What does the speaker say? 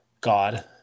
God